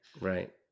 right